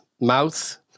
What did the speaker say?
Mouth